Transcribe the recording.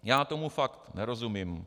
Já tomu fakt nerozumím.